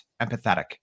empathetic